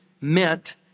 meant